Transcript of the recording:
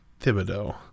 Thibodeau